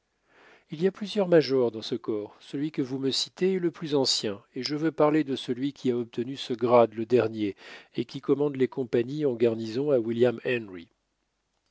il y a plusieurs majors dans ce corps celui que vous me citez est le plus ancien et je veux parler de celui qui a obtenu ce grade le dernier et qui commande les compagnies en garnison à william henry